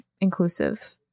inclusive